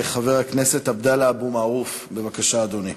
חבר הכנסת עבדאללה אבו מערוף, בבקשה, אדוני.